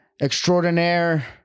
extraordinaire